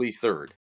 third